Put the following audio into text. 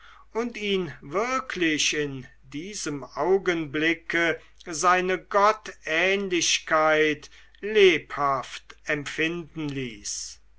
und ihn wirklich in diesem augenblicke seine gottähnlichkeit lebhaft empfinden ließ